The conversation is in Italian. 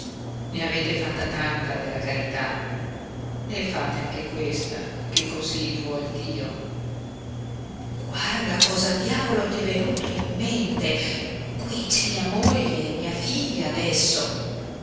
ne avete fatta tanta della carità e fate anche questa che così vuol dio guarda cosa diavolo t'è venuto in mente qui c'è mia moglie e mia figlia adesso